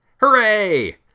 Hooray